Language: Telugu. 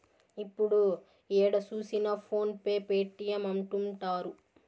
ఇప్పుడు ఏడ చూసినా ఫోన్ పే పేటీఎం అంటుంటారు